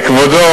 הרי כבודו,